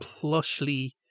plushly